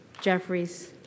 Jeffries